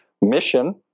mission